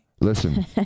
Listen